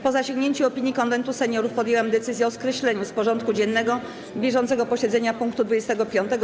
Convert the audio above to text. Po zasięgnięciu opinii Konwentu Seniorów podjęłam decyzję o skreśleniu z porządku dziennego bieżącego posiedzenia punktu 25.